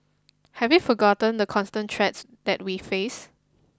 have we forgotten the constant threats that we face